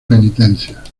penitencia